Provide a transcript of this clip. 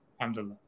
Alhamdulillah